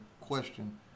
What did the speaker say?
question